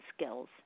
skills